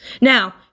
Now